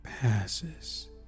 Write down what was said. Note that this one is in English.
passes